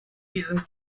diesem